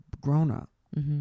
grown-up